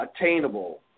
attainable